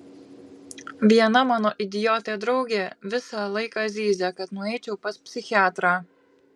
viena mano idiotė draugė visą laiką zyzia kad nueičiau pas psichiatrą